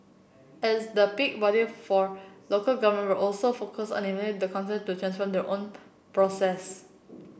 as the peak body for local government we're also focused on enabling the councils to transform their own processes